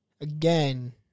Again